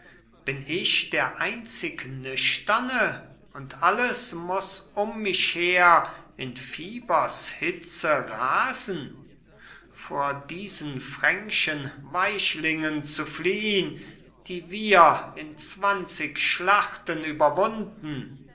bin ich der einzig nüchterne und alles muß um mich her in fiebers hitze rasen vor diesen fränkschen weichlingen zu fliehn die wir in zwanzig schlachten überwunden